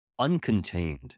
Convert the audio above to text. uncontained